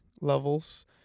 levels